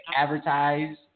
advertise